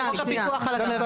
ההגדרה.